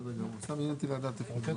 סעיף 1 הוא הרשאות חדשות, אלה פרויקטים